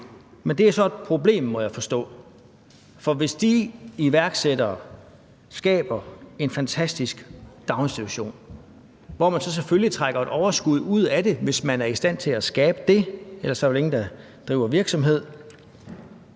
Men det er så et problem, må jeg forstå. For hvis de iværksættere skaber en fantastisk daginstitution, hvor man så selvfølgelig trækker et overskud ud, hvis man er i stand til at skabe det – ellers er der vel ingen, der driver virksomhed